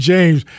James